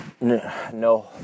no